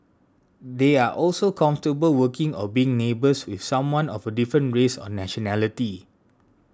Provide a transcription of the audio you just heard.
they are also comfortable working or being neighbours with someone of a different race or nationality